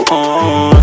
on